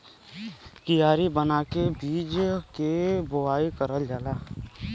कियारी बना के बीज के बोवाई करल जाला